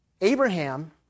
Abraham